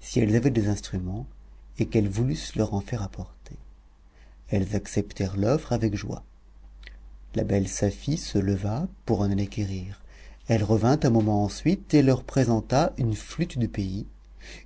si elles avaient des instruments et qu'elles voulussent leur en faire apporter elles acceptèrent l'offre avec joie la belle safie se leva pour en aller quérir elle revint un moment ensuite et leur présenta une flûte du pays